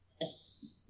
Yes